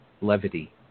levity